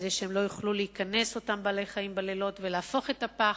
כדי שאותם בעלי-חיים לא יוכלו להיכנס ולהפוך את הפח,